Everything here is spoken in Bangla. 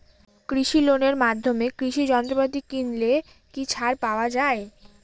কৃষি লোনের মাধ্যমে কৃষি যন্ত্রপাতি কিনলে কি ছাড় পাওয়া যায়?